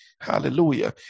Hallelujah